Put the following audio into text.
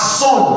son